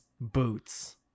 Boots